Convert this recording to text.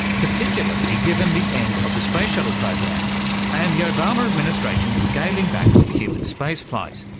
particularly given the end of the space shuttle program and the obama administration's scaling back of human spaceflight.